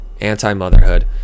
anti-motherhood